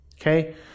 Okay